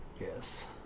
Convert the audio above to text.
Yes